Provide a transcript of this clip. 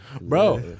Bro